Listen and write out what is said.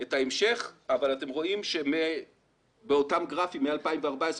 את ההמשך - שאתם רואים באותם גרפים, מ-2015-2014,